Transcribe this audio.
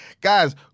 Guys